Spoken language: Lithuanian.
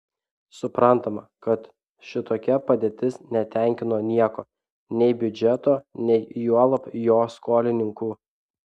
suprantama kad šitokia padėtis netenkino nieko nei biudžeto nei juolab jo skolininkų